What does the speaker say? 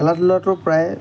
খেলা ধূলাটো প্ৰায়